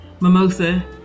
mimosa